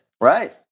right